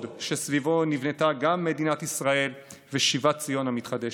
שסביבו נבנתה גם מדינת ישראל ושיבת ציון המתחדשת.